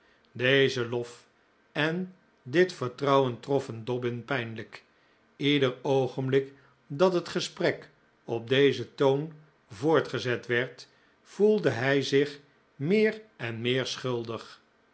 deze lof en dit vertrouwen troffen dobbin pijnlijk ieder oogenblik dat het gesprek op dezen toon voortgezet werd voelde hij zich meer en meer schuldig